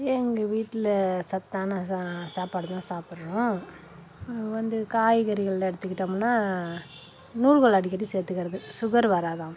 எங்கள் வீட்டில் சத்தான சாப்பாடு தான் சாப்பிட்றோம் வந்து காய்கறிகளில் எடுத்துக்கிட்டோம்னா நூல்கோல் அடிக்கடி சேத்துக்கிறது சுகர் வராதாம்